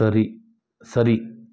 சரி சரி